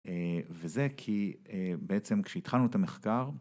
וזה כי בעצם כשהתחלנו את המחקר